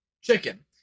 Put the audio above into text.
chicken